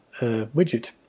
widget